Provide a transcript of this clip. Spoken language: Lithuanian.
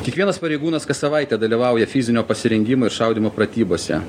kiekvienas pareigūnas kas savaitę dalyvauja fizinio pasirengimo ir šaudymo pratybose